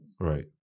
Right